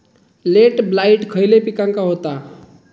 Late blight खयले पिकांका होता?